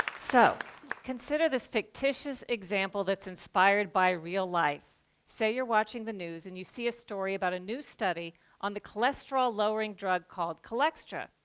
so consider this fictitious example that's inspired by real life say you're watching the news, and you see a story about a new study on the cholesterol-lowering drug called cholextra.